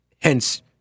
hence